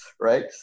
Right